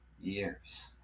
years